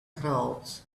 crowd